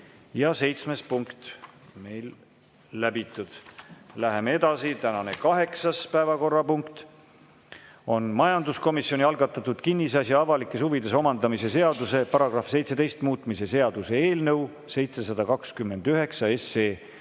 ja seitsmes punkt on meil läbitud. Läheme edasi, tänane kaheksas päevakorrapunkt. See on majanduskomisjoni algatatud kinnisasja avalikes huvides omandamise seaduse § 17 muutmise seaduse eelnõu 729